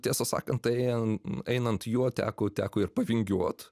tiesą sakant tai einan einant juo teko teko ir pavingiuot